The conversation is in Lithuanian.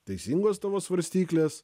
teisingos tavo svarstyklės